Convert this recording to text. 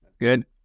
Good